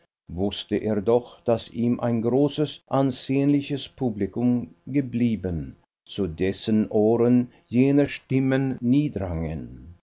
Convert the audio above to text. wußte er doch daß ihm ein großes ansehnliches publikum geblieben zu dessen ohren jene stimmen nie drangen